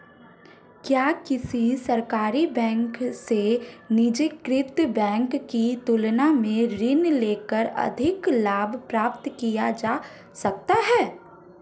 क्या किसी सरकारी बैंक से निजीकृत बैंक की तुलना में ऋण लेकर अधिक लाभ प्राप्त किया जा सकता है?